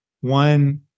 one